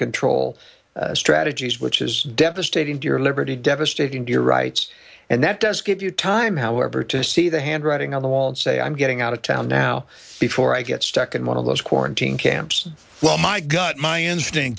control strategies which is devastating to your liberty devastating to your rights and that does give you time however to see the handwriting on the wall and say i'm getting out of town now before i get stuck in one of those quarantine camps well my gut my